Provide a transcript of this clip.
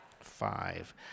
five